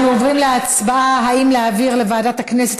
אנחנו עוברים להצבעה אם להעביר לוועדת הכנסת,